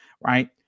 right